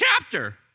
chapter